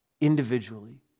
individually